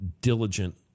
diligent